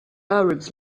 arabs